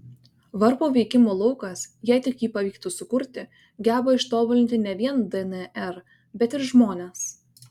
varpo veikimo laukas jei tik jį pavyktų sukurti geba ištobulinti ne vien dnr bet ir žmones